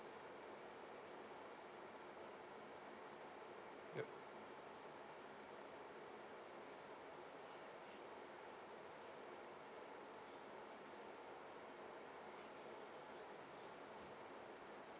yup